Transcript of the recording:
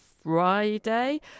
Friday